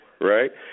Right